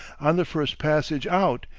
on the first passage out,